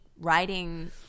writing